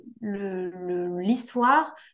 l'histoire